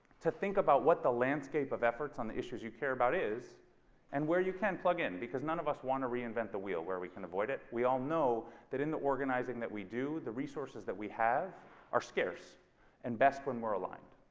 to think about what the landscape of efforts on the issues you care about is and where you can plug in because none of us want to reinvent the wheel where we can avoid it. we all know that in the organizing that we do the resources that we have are scarce and best when we're aligned